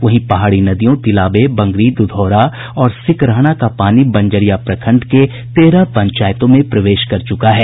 वहीं पहाड़ी नदियों तिलावे बंगरी दुधौरा और सिकरहना का पानी बंजरिया प्रखंड के तेरह पंचायतों में प्रवेश कर गया है